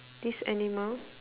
this animal